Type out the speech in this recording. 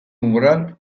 umbral